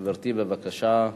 גברתי, בבקשה.